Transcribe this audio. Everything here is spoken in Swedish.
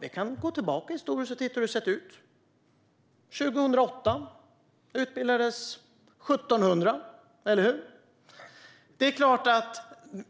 Vi kan gå tillbaka historiskt och titta hur det sett ut. År 2008 utbildades 1 700, eller hur? Det är klart att